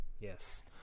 Yes